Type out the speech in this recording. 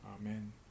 Amen